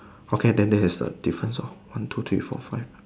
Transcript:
okay then there is a difference of one two three four five